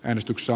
äänestyksessä